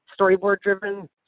storyboard-driven